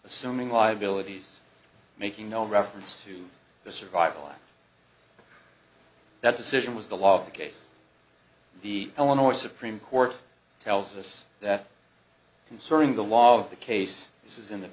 assuming liabilities making no reference to the survival of that decision was the law of the case the illinois supreme court tells us that concerning the law of the case this is in the